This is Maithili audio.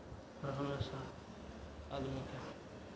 आदमीकेँ